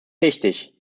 richtig